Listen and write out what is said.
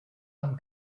amb